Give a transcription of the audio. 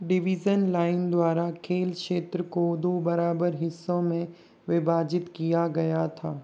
division line द्वारा खेल क्षेत्र को दो बराबर हिस्सों में विभाजित किया गया था